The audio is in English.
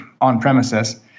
on-premises